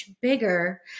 bigger